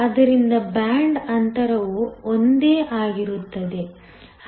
ಆದ್ದರಿಂದ ಬ್ಯಾಂಡ್ ಅಂತರವು ಒಂದೇ ಆಗಿರುತ್ತದೆ